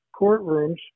courtrooms